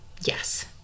Yes